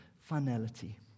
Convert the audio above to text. finality